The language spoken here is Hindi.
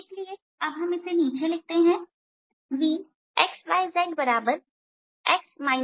इसलिए अब हम इसे नीचे लिखते हैं V x2yzf